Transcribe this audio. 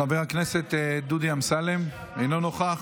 חבר הכנסת דודי אמסלם, אינו נוכח.